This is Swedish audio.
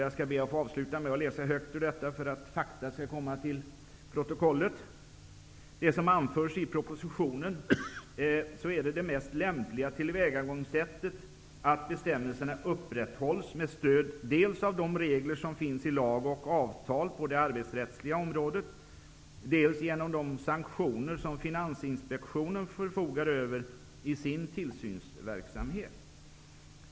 Jag skall be att få avsluta med att läsa upp något ur detta stycke, för att det skall komma till protokollet: Som anförs i propositionen, är det mest lämpliga tillvägagångssättet ''att bestämmelserna upprätthålls med stöd dels av de regler som finns i lag och avtal på det arbetsrättsliga området, dels genom de sanktioner som Finansinspektionen förfogar över i sin tillsynsverksamhet.